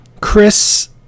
Chris